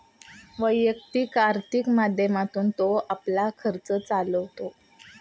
वैयक्तिक आर्थिक माध्यमातून तो आपला खर्च चालवतो